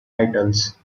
titles